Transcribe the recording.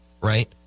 right